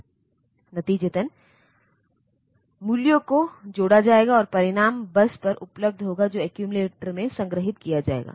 वहाँ और compiled program निष्पादित किया जाता है